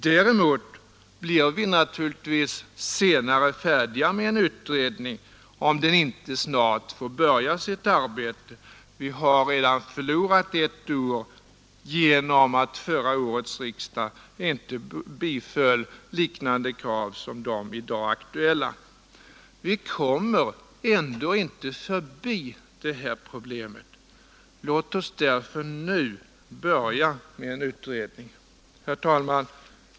Däremot blir vi naturligtvis senare färdiga med en utredning om den inte snart får börja sitt arbete. Vi har redan förlorat ett år genom att förra årets riksdag inte biföll krav liknande dem som i dag är aktuella. Vi kommer ändå inte förbi det här problemet. Låt oss därför nu börja med en utredning. Herr talman!